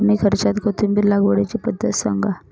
कमी खर्च्यात कोथिंबिर लागवडीची पद्धत सांगा